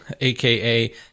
aka